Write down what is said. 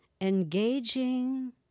Engaging